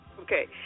Okay